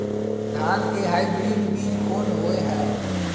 धान के हाइब्रिड बीज कोन होय है?